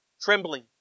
trembling